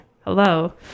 hello